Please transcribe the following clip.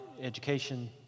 education